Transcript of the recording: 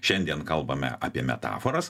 šiandien kalbame apie metaforas